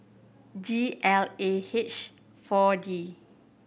G L A H Four D